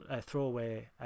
throwaway